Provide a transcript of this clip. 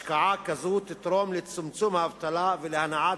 השקעה כזו תתרום לצמצום האבטלה ולהנעת